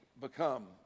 become